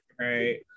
Right